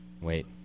Wait